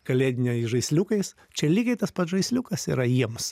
kalėdiniais žaisliukais čia lygiai tas pats žaisliukas yra jiems